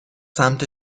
سمت